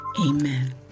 Amen